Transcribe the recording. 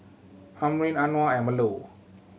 Amrin Anuar and Melur